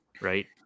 Right